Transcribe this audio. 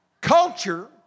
Culture